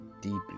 deeply